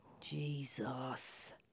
Jesus